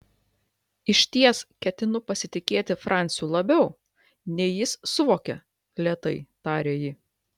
išties ketinu pasitikėti franciu labiau nei jis suvokia lėtai tarė ji